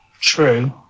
True